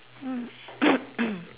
mm